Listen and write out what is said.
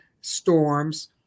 storms